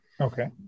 Okay